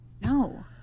No